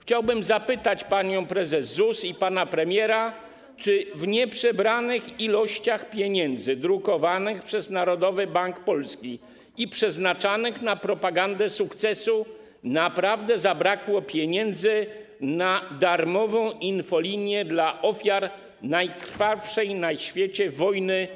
Chciałbym zapytać panią prezes ZUS i pana premiera, czy w nieprzebranych ilościach pieniędzy drukowanych przez Narodowy Bank Polski i przeznaczanych na propagandę sukcesu naprawdę zabrakło pieniędzy na darmową infolinię dla ofiar najkrwawszej na świecie wojny